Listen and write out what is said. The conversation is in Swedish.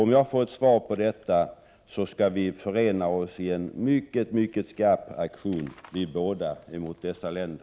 Om jag får ett svar på detta, skall vi båda förena oss i en mycket skarp aktion mot dessa länder.